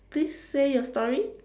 please say your story